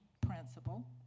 principle